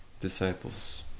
disciples